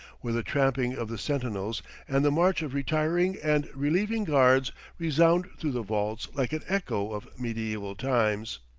where the tramping of the sentinels and the march of retiring and relieving guards resound through the vaults like an echo of mediaeval times.